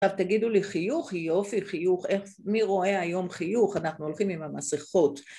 עכשיו תגידו לי, חיוך? יופי. חיוך, איפה? מי רואה היום חיוך? אנחנו הולכים עם המסכות.